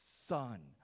son